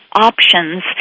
options